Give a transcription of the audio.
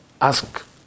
ask